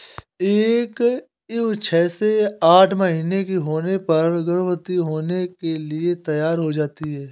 एक ईव छह से आठ महीने की होने पर गर्भवती होने के लिए तैयार हो जाती है